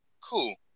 cool